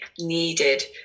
needed